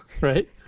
right